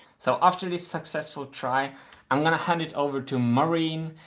so after this successful try i'm gonna hand it over to maureen.